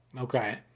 Okay